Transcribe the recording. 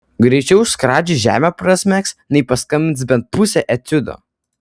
greičiau skradžiai žemę prasmegs nei paskambins bent pusę etiudo